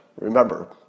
remember